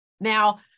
Now